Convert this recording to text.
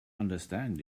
understand